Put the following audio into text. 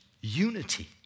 unity